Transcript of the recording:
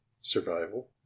Survival